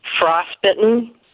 frostbitten